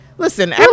Listen